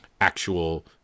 actual